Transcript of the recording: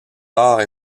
rares